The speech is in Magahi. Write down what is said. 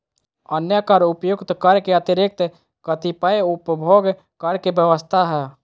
अन्य कर उपर्युक्त कर के अतिरिक्त कतिपय उपभोग कर के व्यवस्था ह